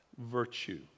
Virtue